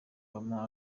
obama